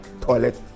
Toilet